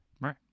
Right